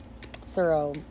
thorough